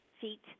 feet